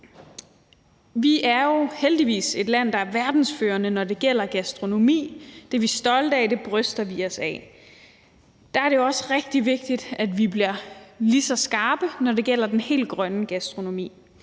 Vi er jo heldigvis et land, der er verdensførende, når det gælder gastronomi. Det er vi stolte af; det bryster vi os af. Der er det jo også rigtig vigtigt, at vi bliver ligeså skarpe, når det gælder den helt grønne gastronomi.